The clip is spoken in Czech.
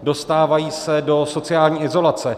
Dostávají se do sociální izolace.